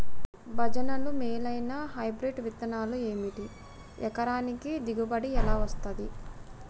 భజనలు మేలైనా హైబ్రిడ్ విత్తనాలు ఏమిటి? ఎకరానికి దిగుబడి ఎలా వస్తది?